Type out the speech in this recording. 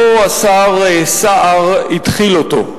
לא השר סער התחיל אותו.